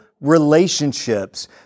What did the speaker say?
relationships